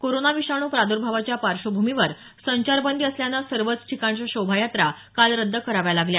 corona विषाणू प्रादर्भावाच्या पार्श्वभूमीवर संचारबंदी असल्यानं सर्वच ठिकाणच्या शोभायात्रा काल रद्द कराव्या लागल्या